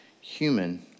human